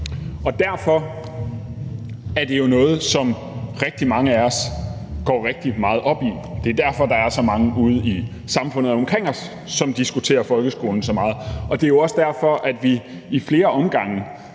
Derfor er det jo noget, som rigtig mange af os går rigtig meget op i. Det er derfor, der er så mange ude i samfundet omkring os, som diskuterer folkeskolen så meget. Og det er jo også derfor, at vi i flere omgange